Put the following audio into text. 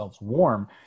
warm